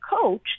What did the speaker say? coach